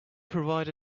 provide